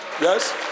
Yes